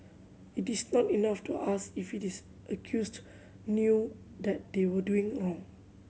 it is not enough to ask if it is accused knew that they were doing wrong